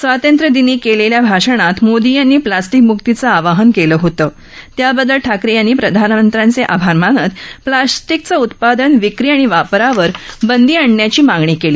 स्वातंत्र्यदिनी केलेल्या भाषणात मोदी यांनी प्लास्टिकमक्तीचं आवाहन केलं होतं त्याबददल ठाकरे यांनी प्रधानमंत्री आभार मानत प्लास्टिकचं उत्पादन विक्री आणि वापरावर बंदी आणण्याची मागणी केली